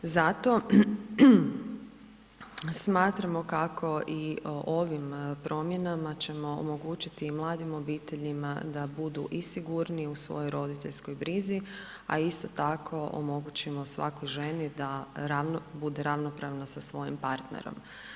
Zato smatramo kako i ovim promjenama ćemo omogućiti i mladim obiteljima da budu i sigurniji u svojoj roditeljskoj brizi, a isto tako, omogućimo svakoj ženi da bude ravnopravna sa svojim partnerom.